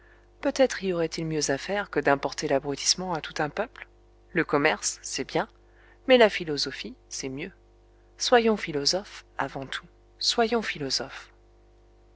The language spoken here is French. peut-être y aurait-il mieux à faire que d'importer l'abrutissement à tout un peuple le commerce c'est bien mais la philosophie c'est mieux soyons philosophes avant tout soyons philosophes